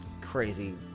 Crazy